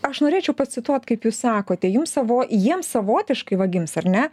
aš norėčiau pacituot kaip jūs sakote jums savo jiems savotiškai vagims ar ne